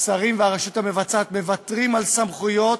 שרים והרשות המבצעת מוותרים על סמכויות